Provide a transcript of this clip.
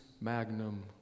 magnum